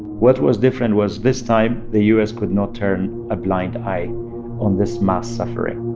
what was different was this time, the u s. could not turn a blind eye on this mass suffering